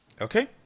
Okay